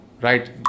right